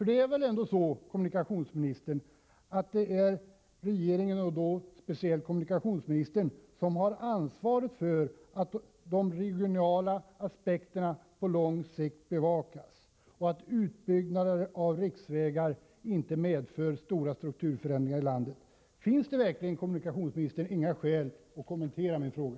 Det är väl ändå regeringen, och speciellt kommunikationsministern, som har ansvaret för att de regionala aspekterna på lång sikt bevakas och att utbyggnaderna av riksvägar inte medför stora strukturförändringar i landet? Finns det verkligen, kommunikationsministern, inga skäl att kommentera min fråga?